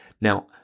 Now